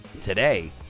Today